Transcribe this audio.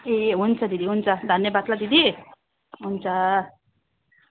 ए हुन्छ दिदी हुन्छ धन्यवाद ल दिदी